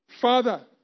father